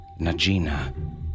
Najina